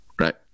right